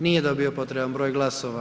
Nije dobio potreban broj glasova.